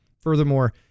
Furthermore